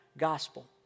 gospel